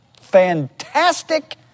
fantastic